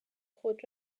خود